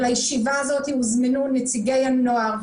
לישיבה הזאת הוזמנו נציגי הנוער,